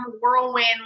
whirlwind